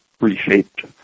reshaped